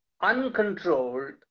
uncontrolled